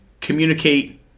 communicate